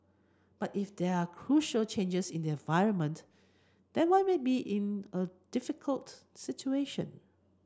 but if there are crucial changes in the environment then we might be in a difficult situation